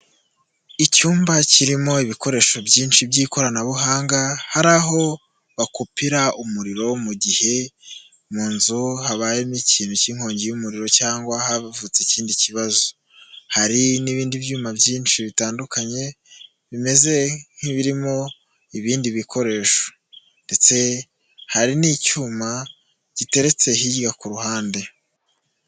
Icyumba kirimo ibikoresho byinshi by'ikoranabuhanga, hari aho bakupira umuriro mu gihe mu nzu habayemo ikintu k'inkongi y'umuriro cyangwa havutse ikindi kibazo, hari n'ibindi byuma byinshi bitandukanye bimeze nk'irimo ibindi bikoresho, ndetse hari n'icyuma giteretse hirya ku ruhande.